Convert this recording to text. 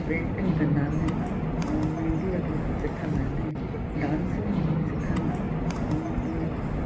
painting कंदा आहिनि ऐं मेहंदी वग़ैरह सिखंदा आहिनि डांसियूं सिखनि ऐं ॿियों